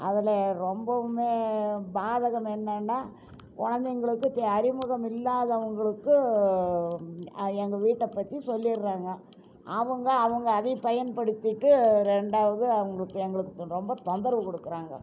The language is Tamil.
அதில் ரொம்பவும் பாதகம் என்னன்னா குழந்தைங்களுக்கு அறிமுகம் இல்லாதவங்களுக்கு அதை எங்கள் வீட்டை பற்றி சொல்லிடுறாங்க அவங்க அவங்க அதை பயன்படுத்திட்டு ரெண்டாவது அவுங்களுக்கு எங்களுக்கு ரொம்ப தொந்தரவு கொடுக்குறாங்க